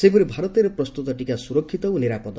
ସେହିପରି ଭାରତରେ ପ୍ରସ୍ତତ ଟିକା ସୁରକ୍ଷିତ ଓ ନିରାପଦ